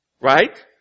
Right